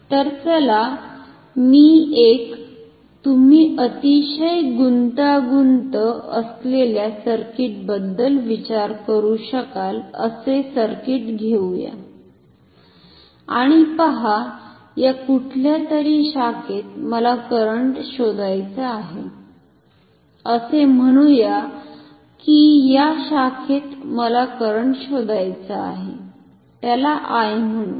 तर चला मी एक तुम्ही अतिशय गुंतागुंत असलेल्या सर्किटबद्दल विचार करू शकाल असे सर्किट घेवुया आणि पहा या कुठल्यातरी शाखेत मला करंट शोधायचा आहे असे म्हणुया कि या शाखेत मला करंट शोधायचा आहे त्याला I म्हणू